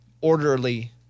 orderly